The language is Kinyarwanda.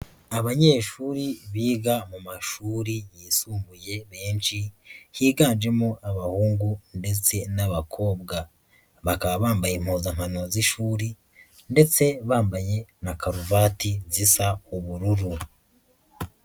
Abanyeshuri biga mu mashuri yisumbuye benshi higanjemo abahungu ndetse n'abakobwa, bakaba bambaye impuzakano z'ishuri ndetse bambaye na karuvati zisa ubururu.